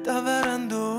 tave randu